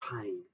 pain